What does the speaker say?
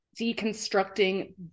deconstructing